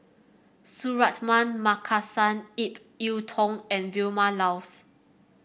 Suratman Markasan Ip Yiu Tung and Vilma Laus